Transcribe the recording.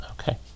okay